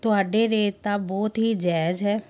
ਤੁਹਾਡੇ ਰੇਟ ਤਾਂ ਬਹੁਤ ਹੀ ਜਾਇਜ਼ ਹੈ